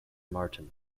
martin